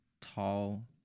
tall